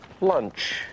Lunch